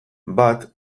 bat